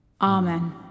Amen